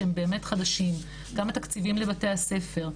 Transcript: שהם באמת חדשים גם התקציבים לבתי הספר,